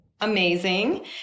Amazing